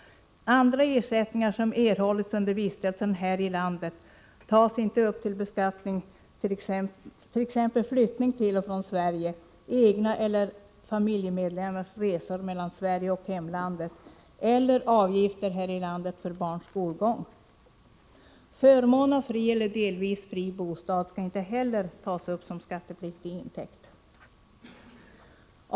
Andra ersättningar som erhållits under vistelsen här i landet tas inte upp till beskattning, t.ex. för flyttning till och från Sverige, egna eller familjemedlemmars resor mellan Sverige och hemlandet eller avgifter här i landet för barns skolgång. Förmån av fri eller delvis fri bostad skall inte heller tas upp som skattepliktig intäkt.